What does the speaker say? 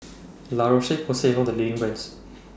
La Roche Porsay one of The leading brands